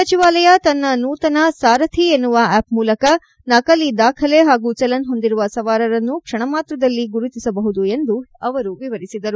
ಸಚಿವಾಲಯ ತನ್ನ ನೂತನ ದಾಖಲೆ ಸಾರಥಿ ಎನ್ನುವ ಆಪ್ ಮೂಲಕ ನಕಲಿ ದಾಖಲೆ ಹಾಗು ಚಲನ್ ಹೊಂದಿರುವ ಸವಾರರನ್ನು ಕ್ಷಣಮಾತ್ರದಲ್ಲಿ ಗುರುತಿಸಬಹುದು ಎಂದು ಅವರು ವಿವರಿಸಿದರು